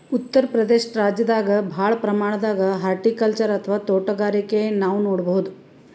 ಉತ್ತರ್ ಪ್ರದೇಶ ರಾಜ್ಯದಾಗ್ ಭಾಳ್ ಪ್ರಮಾಣದಾಗ್ ಹಾರ್ಟಿಕಲ್ಚರ್ ಅಥವಾ ತೋಟಗಾರಿಕೆ ನಾವ್ ನೋಡ್ಬಹುದ್